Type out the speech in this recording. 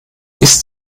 ist